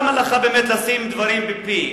למה לך באמת לשים דברים בפי?